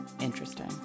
interesting